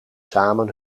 samen